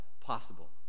possible